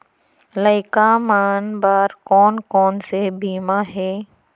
लइका मन बर कोन कोन से बीमा हे?